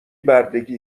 بردگی